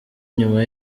nyuma